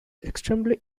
extremely